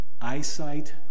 eyesight